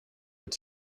its